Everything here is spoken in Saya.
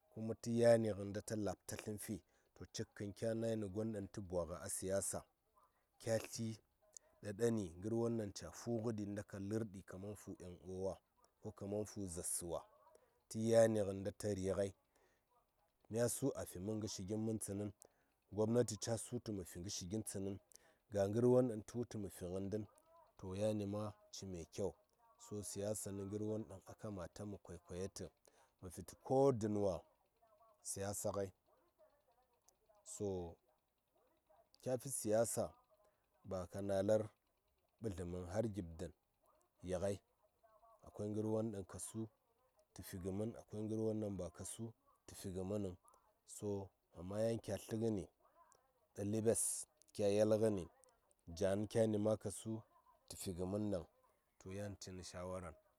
kuma tə yani ngənta ta lab ta sən fi to cik kən kya nai nə gon ɗaŋ tə bwa ngə a siyasa kya tli ngər won ɗaŋ ca fu ngə ɗi in ta ka lər ɗi kaman fu yan, uwa wa in ta kaman fu zaar sə wa yani ngənta ta ri ngai mya su a fi mən ngər shi gin mən tsənəŋ gobnati ca su tu mə fi ngə shi gin tsənəŋ ga ngər won ɗaŋ tu wu tu mə fi ngən nɗən to yani ma ci me kyau so siyasa nə ngər won ɗaŋ a mə koi kwaya tə ko dən wa siyasa ngai so kya fi siyasa ba ka nalar ɓədləməŋ har gib dən ya ngai akai ngər won ɗən ka su tə fi ngə mən akwa ngər won ɗaŋ ba ka su tə fi ngə mənəŋ so amma yan kya tlə ngəni ɗa ləɓes kya yel ngəni jan kyan ma ka su tə fi ngə mən ɗaŋ to yan cini shawaran.